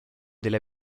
delle